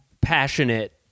passionate